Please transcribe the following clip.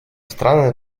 странное